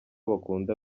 bakunda